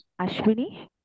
Ashwini